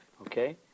Okay